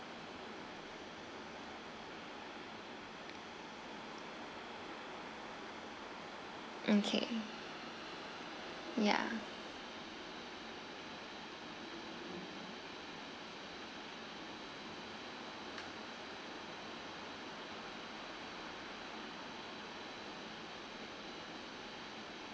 okay yeah